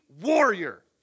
warrior